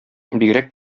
бигрәк